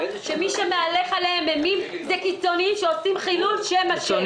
שמי שמהלך עליהן אימים זה קיצונים שעושים חילול שם השם.